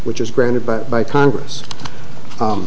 which is granted by by congress